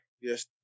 Yes